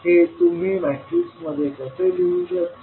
हे तुम्ही मॅट्रिक्स मध्ये कसे लिहू शकता